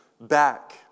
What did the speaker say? back